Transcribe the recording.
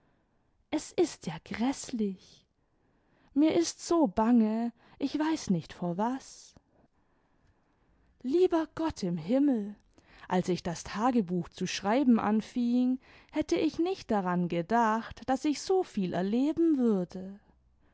es ist ja gräßlich mir ist so bange ich weiß nicht vor was lieber gott im himmel ii als ich das tagebuch zu schreiben anfing hätte ich nicht daran gedacht daß ich so viel erleben würde